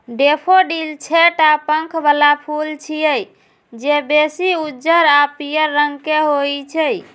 daffodil छह टा पंख बला फूल छियै, जे बेसी उज्जर आ पीयर रंग के होइ छै